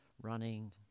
running